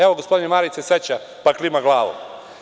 Evo, gospodin Marić se seća, pa klima glavom.